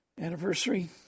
anniversary